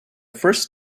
first